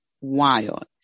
wild